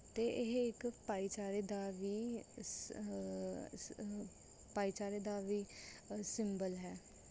ਅਤੇ ਇਹ ਇੱਕ ਭਾਈਚਾਰੇ ਦਾ ਵੀ ਭਾਈਚਾਰੇ ਦਾ ਵੀ ਸਿੰਬਲ ਹੈ